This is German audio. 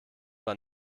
war